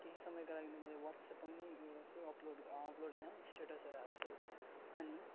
केही समयको लागि त मैले वाट्सएपमा उयो गर्छु अपलोड अपलोड होइन स्टेटसहरू हाल्छु अनि